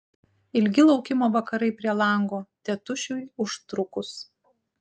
ilgi laukimo vakarai prie lango tėtušiui užtrukus